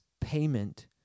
payment